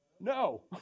no